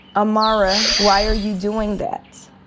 amara, why are you doing that?